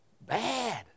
Bad